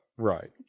Right